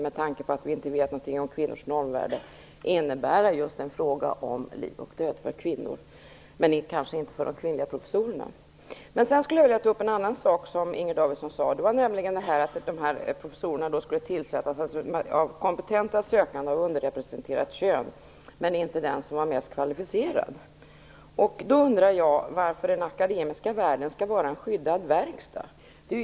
Med tanke på att vi inte vet någonting om kvinnors normvärde kan det i förlängningen vara en fråga om liv och död för kvinnor, men kanske inte för de kvinnliga professorerna. Jag skulle vilja ta upp en annan sak som Inger Davidson sade, nämligen att professurerna skulle tillsättas av kompetenta sökande av underrepresenterat kön, men inte den som var mest kvalificerad. Jag undrar varför den akademiska världen skall vara en skyddad verkstad.